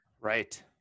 Right